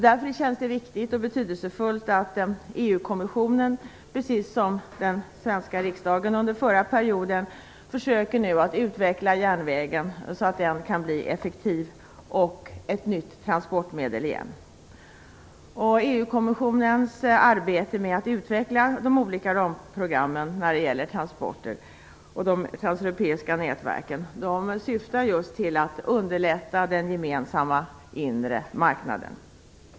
Därför känns det viktigt och betydelsefullt att EU kommissionen, precis som den svenska riksdagen under förra perioden, nu försöker att utveckla järnvägen så att den kan bli effektiv och ett förnyat transportmedel. EU-kommissionens arbete med att utveckla de olika ramprogrammen för transporter och de transeuropeiska nätverken syftar just till att underlätta den gemensamma inre marknaden.